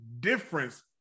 difference